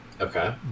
Okay